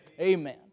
Amen